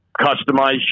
customize